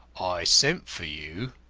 i sent for you,